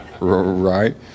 Right